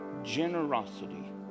generosity